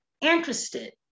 interested